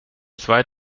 zwei